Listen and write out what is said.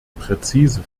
präzise